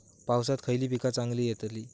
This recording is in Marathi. पावसात खयली पीका चांगली येतली?